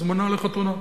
הזמנה לחתונה: